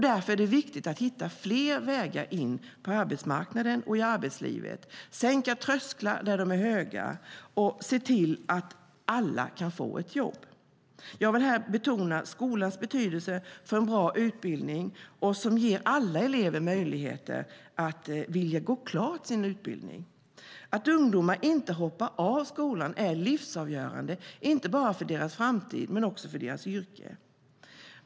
Därför är det viktigt att hitta fler vägar in på arbetsmarknaden och i arbetslivet, sänka trösklar där de är höga och se till att alla kan få ett jobb. Här vill jag betona skolans betydelse för en bra utbildning som ger alla elever möjligheter att gå klart sin utbildning. Det är livsavgörande att ungdomar inte hoppar av skolan, inte bara för deras framtid utan också för deras yrke.